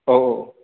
औ